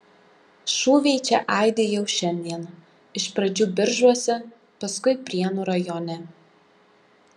šūviai čia aidi jau šiandien iš pradžių biržuose paskui prienų rajone